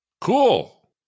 cool